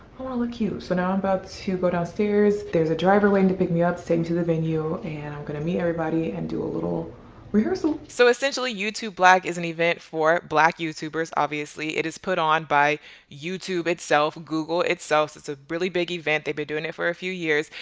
i wanna look cute. so now i'm about to go downstairs. there's a driver waiting to pick me up to take me to the venue and i'm going to meet everybody, and do a little rehearsal. so essentially youtube black is an event for black youtubers, obviously. it is put on by youtube itself, google itself. it's a really big event. they've been doing it for a few years.